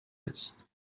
است